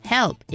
Help